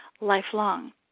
lifelong